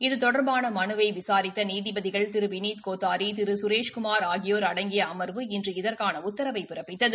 இது தொடா்பான மலுவினை விசாரித்த நீதிபதிகள் திரு விளித் கோத்தாரி திரு கசேஷ்குமாா் ஆகியோர் அடங்கிய அமர்வு இன்று இதற்கான உத்தரவினை பிறப்பித்தது